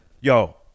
yo